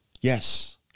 Yes